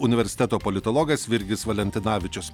universiteto politologas virgis valentinavičius